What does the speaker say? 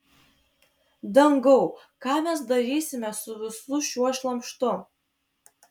dangau ką mes darysime su visu šiuo šlamštu